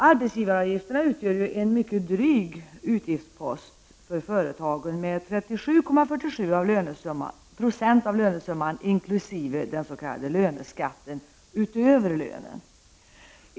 Arbetsgivaravgifterna utgör en mycket dryg utgiftspost för företagen med 37,47 Jo av lönesumman, inkl. den s.k. löneskatten, utöver lönen.